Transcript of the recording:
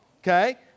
Okay